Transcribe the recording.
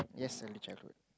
yes early childhood